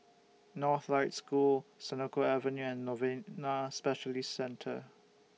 Northlight School Senoko Avenue and Novena Specialist Centre